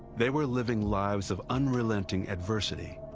they were living lives of unrelenting adversity,